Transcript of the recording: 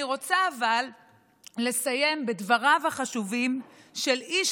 אני רוצה לסיים בדבריו החשובים של איש